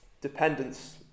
dependence